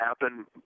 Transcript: happen